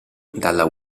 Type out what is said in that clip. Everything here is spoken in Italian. dalla